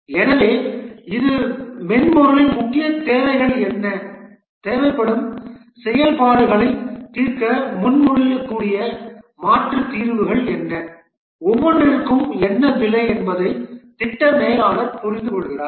எனவே இது மென்பொருளின் முக்கிய தேவைகள் என்ன தேவைப்படும் செயல்பாடுகளைத் தீர்க்க முன்மொழியக்கூடிய மாற்றுத் தீர்வுகள் என்ன ஒவ்வொன்றிற்கும் என்ன விலை என்பதை திட்ட மேலாளர் புரிந்துகொள்கிறார்